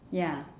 ya